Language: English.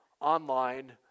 online